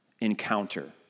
encounter